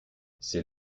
c’est